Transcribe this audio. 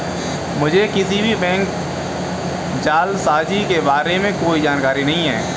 मुझें किसी भी बैंक जालसाजी के बारें में कोई जानकारी नहीं है